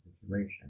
situation